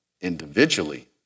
individually